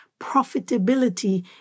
profitability